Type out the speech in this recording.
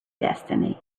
destiny